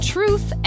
Truth